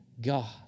God